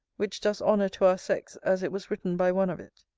which does honour to our sex, as it was written by one of it.